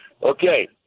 Okay